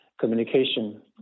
communication